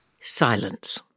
Silence